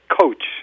coach